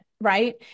right